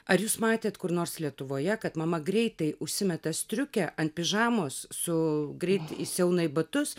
ar jūs matėte kur nors lietuvoje kad mama greitai užsimeta striukę ant pižamos su greit įsiauna į batus